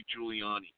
Giuliani